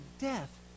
death